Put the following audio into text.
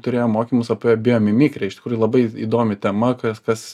turėjau mokymus apie biomimikriją iš tikrųjų labai įdomi tema kas kas